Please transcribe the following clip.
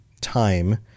time